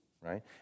right